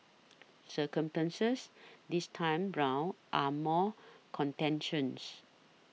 circumstances this time round are more contentious